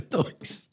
noise